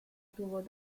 tuvo